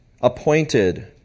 appointed